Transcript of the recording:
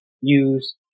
Use